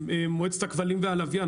מועצת הכבלים והלוויין,